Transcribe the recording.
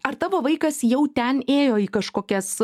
ar tavo vaikas jau ten ėjo į kažkokias